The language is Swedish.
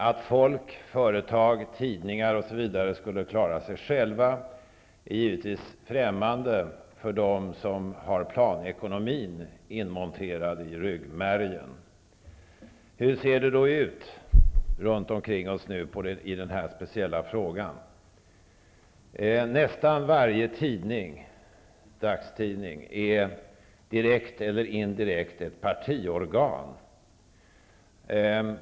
Att folk, företag, tidningar, osv. skulle klara sig själva är givetvis främmande för dem som har planekonomin inmonterad i ryggmärgen. Hur ser det då ut runt omkring oss när det gäller den här speciella frågan? Nästan varje dagstidning är direkt eller indirekt ett partiorgan.